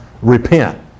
repent